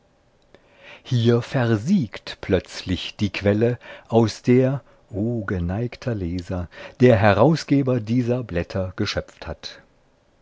hier versiegt plötzlich die quelle aus der o geneigter leser der herausgeber dieser blätter geschöpft hat